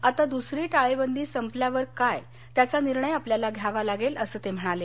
आता दुसरी टाळेबंदी संपल्यावर काय त्याचा निर्णय आपल्याला घ्यावा लागेल असं ते म्हणाले